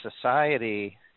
society